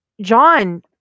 John